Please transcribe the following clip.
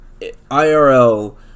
IRL